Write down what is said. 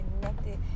connected